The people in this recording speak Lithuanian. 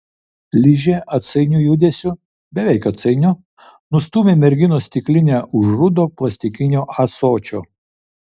ližė atsainiu judesiu beveik atsainiu nustūmė merginos stiklinę už rudo plastikinio ąsočio